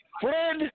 Fred